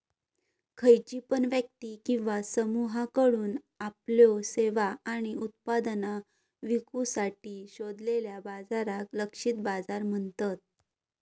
खयची पण व्यक्ती किंवा समुहाकडुन आपल्यो सेवा आणि उत्पादना विकुसाठी शोधलेल्या बाजाराक लक्षित बाजार म्हणतत